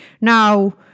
Now